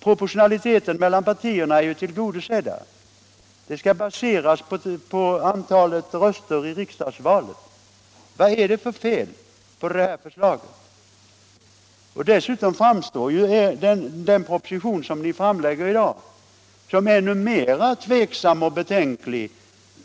Proportionaliteten mellan partierna är ju till Den proposition vi behandlar i dag framstår dessutom som ännu mer tveksam och betänklig